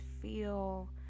feel